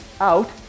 out